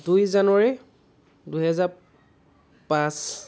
দুই জানুৱাৰী দুহেজাৰ পাঁচ